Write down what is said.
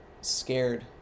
scared